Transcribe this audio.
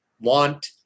want